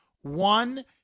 one